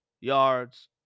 yards